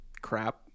crap